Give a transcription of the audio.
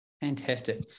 Fantastic